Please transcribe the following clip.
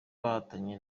bahatanye